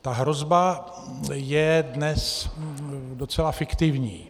Ta hrozba je dnes docela fiktivní.